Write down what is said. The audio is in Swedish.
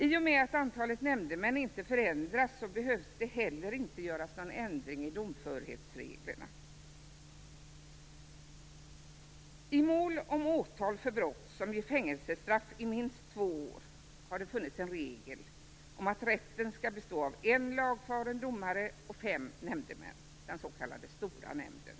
I och med att antalet nämndemän inte förändras behövs det heller inte någon ändring i domförhetsreglerna. I fråga om mål om åtal för brott som ger fängelsestraff i minst två år har det funnits en regel om att rätten skall bestå av en lagfaren domare och fem nämndemän, den s.k. stora nämnden.